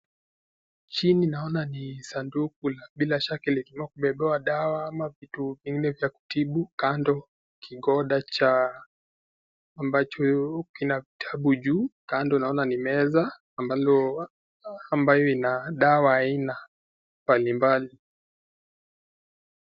Chini naona ni sanduku ambalo bila shaka ilitolewa dawa ama vitu zingine za kutibu. Kando kigoda ambacho kina kitabu juu. Kando naona ni meza ambayo ina dawa aina mbali mbali.